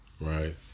right